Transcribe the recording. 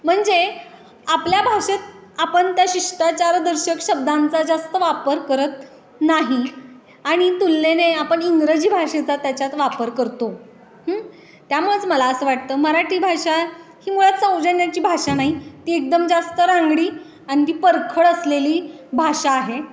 म्हणजे आपल्या भाषेत आपण त्या शिष्टाचारदर्शक शब्दांचा जास्त वापर करत नाही आणि तुलनेने आपण इंग्रजी भाषेचा त्याच्यात वापर करतो त्यामुळेच मला असं वाटतं मराठी भाषा ही मुळात सौजन्याची भाषा नाही ती एकदम जास्त रांगडी आणि ती परखड असलेली भाषा आहे